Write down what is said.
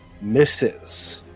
Misses